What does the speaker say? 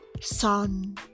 sun